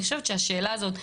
אני חושבת שהשאלה הזאת,